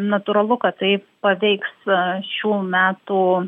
natūralu kad tai paveiks šių metų